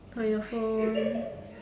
or your phone